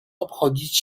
obchodzić